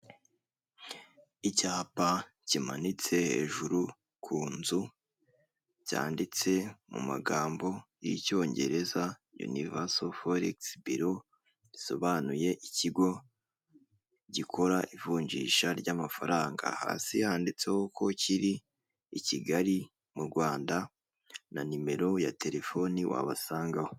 Icyapa kimanitse hejuru ku nzu byanditse mu magambo y'icyongereza yunivaso foregisi biro, bisobanuye ikigo gikora ivunjisha ry'amafaranga hasi yanditseho ko kiri i Kigali mu Rwanda, na nimero ya terefoni wabasangaho.